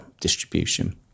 distribution